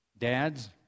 Dads